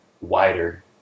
wider